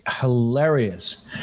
hilarious